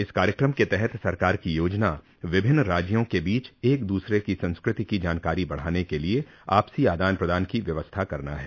इस कार्यक्रम के तहत सरकार की योजना विभिन्न राज्यों के बीच एक दूसरे की संस्कृति की जानकारी बढ़ाने के लिये आपसी आदान प्रदान की व्यवस्था करना है